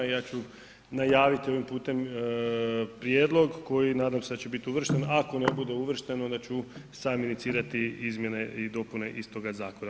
Ja ću najaviti ovim putem prijedlog koji nadam se da će biti uvršten, ako ne bude uvršten onda ću sam inicirati izmjene i dopune istoga zakona.